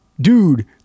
Dude